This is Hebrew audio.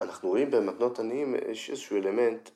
‫אנחנו רואים במתנות עניים ‫יש איזשהו אלמנט.